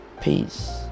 Peace